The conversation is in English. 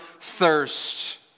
thirst